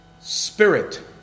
spirit